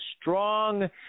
strong